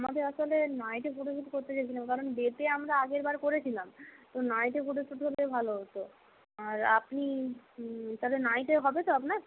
আমাদের আসলে নাইটে ফটো শ্যুট করতে চাইছিলাম কারণ ডেতে আমরা আগের বার করেছিলাম তো নাইটে ফটো শ্যুট হলে ভালো হতো আর আপনি তাহলে নাইটে হবে তো আপনার